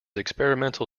experimental